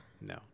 No